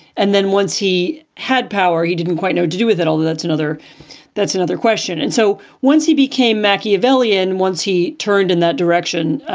and then once he had power, he didn't quite know what to do with it, although that's another that's another question. and so once he became machiavellian, once he turned in that direction,